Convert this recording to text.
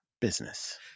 business